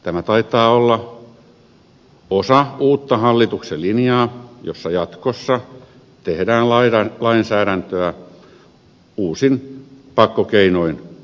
tämä taitaa olla osa hallituksen uutta linjaa jossa jatkossa tehdään lainsäädäntöä uusin pakkokeinoin kuntien suuntaan